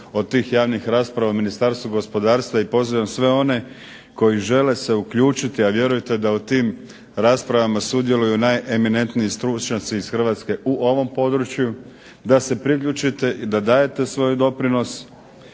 od tih javnih rasprava u Ministarstvu gospodarstva i pozivam sve one koji žele se uključiti, a vjerujte da u tim raspravama sudjeluju najeminentniji stručnjaci iz Hrvatske u ovom području, da se priključite i da dajete svoj doprinos